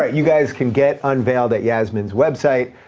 you guys can get unveiled at yasmine's website,